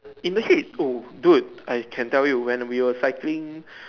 in Malaysia oh dude I can tell you when we were cycling